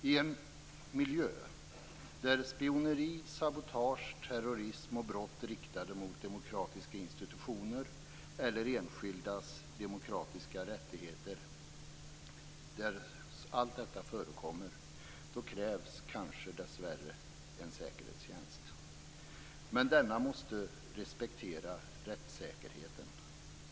I en miljö där spioneri, sabotage, terrorism och brott riktade mot demokratiska institutioner eller enskildas demokratiska rättigheter förekommer krävs kanske dessvärre en säkerhetstjänst. Men denna måste respektera rättssäkerheten.